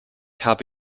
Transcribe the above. habe